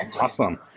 Awesome